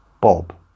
Bob